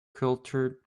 cultured